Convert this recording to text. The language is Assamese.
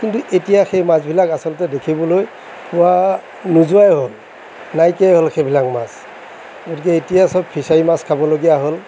কিন্তু এতিয়া সেই মাছবিলাক আচলতে দেখিবলৈ পোৱা নোযোৱাই হ'ল নাইকিয়াই হ'ল সেইবিলাক মাছ গতিকে এতিয়া চ'ব ফিছাৰীৰ মাছ খাবলগীয়া হ'ল